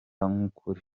nk’ukuri